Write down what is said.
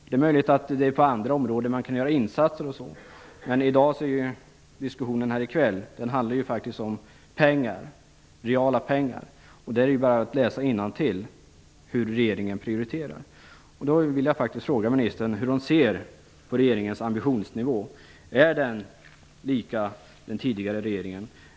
Det är möjligt att man kan göra insatser på andra områden, men i kväll handlar diskussionen om reala pengar. Där är det bara att läsa innantill hur regeringen prioriterar. Jag vill fråga ministern hur hon ser på regeringens ambitionsnivå: är den likadan som den tidigare regeringens?